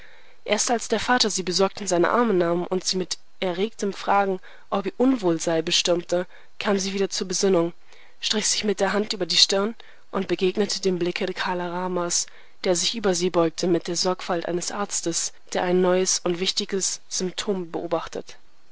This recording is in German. erst als der vater sie besorgt in seine arme nahm und sie mit erregten fragen ob ihr unwohl sei bestürmte kam sie wieder zur besinnung strich sich mit der hand über die stirn und begegnete dem blicke kala ramas der sich über sie beugte mit der sorgfalt eines arztes der ein neues und wichtiges symptom beobachtet